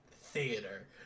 theater